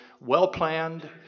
well-planned